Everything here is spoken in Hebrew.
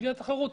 בלי התחרות.